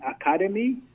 Academy